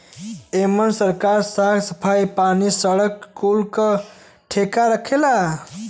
एमन सरकार साफ सफाई, पानी, सड़क कुल के ठेका रखेला